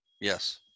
Yes